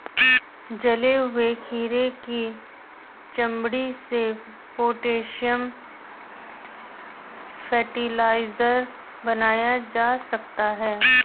जले हुए खीरे की चमड़ी से पोटेशियम फ़र्टिलाइज़र बनाया जा सकता है